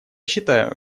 считаю